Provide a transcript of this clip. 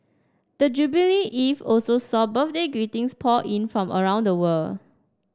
the jubilee eve also saw birthday greetings pour in from around the world